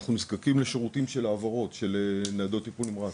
אנחנו נזקקים לשירותים של העברות של ניידות טיפול נמרץ,